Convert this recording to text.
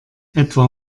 etwa